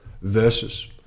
versus